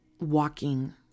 walking